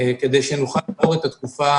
כדי שנוכל לעבור את התקופה